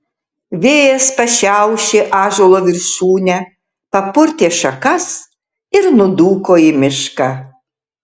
vėjas pašiaušė ąžuolo viršūnę papurtė šakas ir nudūko į mišką